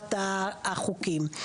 לעומת החוקים.